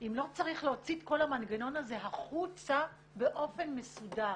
אם לא צריך להוציא את כל המנגנון הזה החוצה באופן מסודר.